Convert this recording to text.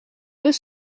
deux